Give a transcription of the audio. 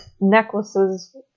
necklaces